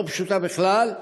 לא פשוטה בכלל,